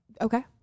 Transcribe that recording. okay